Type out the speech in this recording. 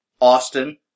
Austin